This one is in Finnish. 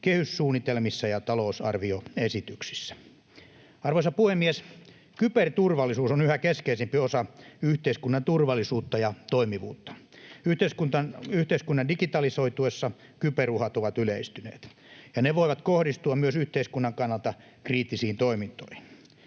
kehyssuunnitelmissa ja talousarvioesityksissä. Arvoisa puhemies! Kyberturvallisuus on yhä keskeisempi osa yhteiskunnan turvallisuutta ja toimivuutta. Yhteiskunnan digitalisoituessa kyberuhat ovat yleistyneet, ja ne voivat kohdistua myös yhteiskunnan kannalta kriittisiin toimintoihin.